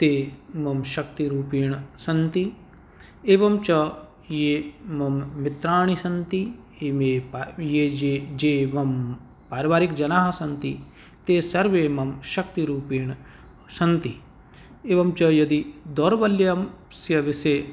ते मम शक्तिरूपेण सन्ति एवं च ये मम मित्राणि सन्ति ये मे वा ये ये ये मम पारिवारिकजनाः सन्ति ते सर्वे मम शक्तिरूपेण सन्ति एवं च यदि दौर्बल्यस्यविषये